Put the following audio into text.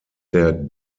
der